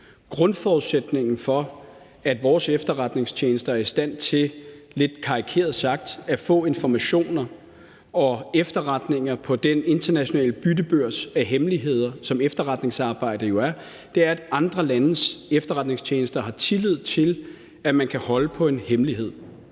Grundforudsætningen for, at vores efterretningstjenester er i stand til lidt karikeret sagt at få informationer og efterretninger på den internationale byttebørs af hemmeligheder, som efterretningsarbejde jo er, er, at andre landes efterretningstjenester har tillid til, at man kan holde på en hemmelighed,